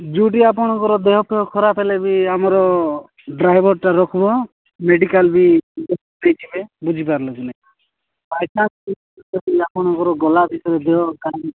ଯେଉଁଠି ଆପଣଙ୍କର ଦେହପେହ ଖରାପ ହେଲେ ବି ଆମର ଡ୍ରାଇଭରଟା ରଖିବ ମେଡ଼ିକାଲ ବି ନେଇଯିବେ ବୁଝିପାରିଲେ କି ନାଇଁ ବାଇଚାନ୍ସ ଆପଣଙ୍କର ଗଲା ଭିତରେ ଦେହ କା